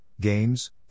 games